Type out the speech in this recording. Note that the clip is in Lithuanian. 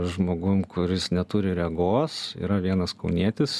žmogum kuris neturi regos yra vienas kaunietis